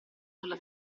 sulla